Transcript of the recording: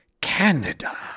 Canada